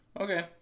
Okay